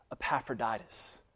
Epaphroditus